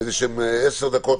עשר דקות,